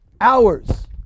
hours